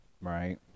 Right